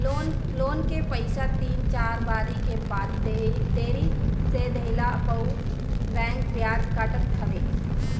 loan के पईसा तीन चार बारी के बाद देरी से देहला पअ बैंक बियाज काटत हवे